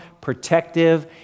protective